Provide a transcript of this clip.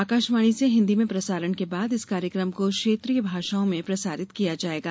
आकाशवाणी से हिन्दी में प्रसारण के बाद इस कार्यक्रम को क्षेत्रीय भाषाओं में प्रसारित किया जायेगा